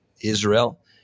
Israel